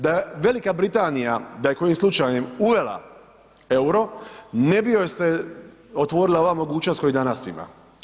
Da Velika Britanija, da je kojim slučajem uvela EUR-o ne bi joj se otvorila ova mogućnost koju danas ima.